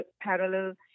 parallel